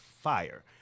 fire